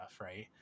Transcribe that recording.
right